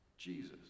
Jesus